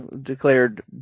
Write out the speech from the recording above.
declared